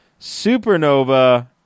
supernova